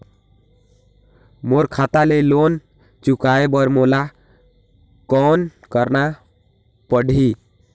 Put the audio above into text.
मोर खाता ले लोन चुकाय बर मोला कौन करना पड़ही?